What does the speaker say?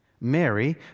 Mary